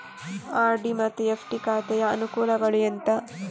RD ಮತ್ತು FD ಖಾತೆಯ ಅನುಕೂಲಗಳು ಎಂತ?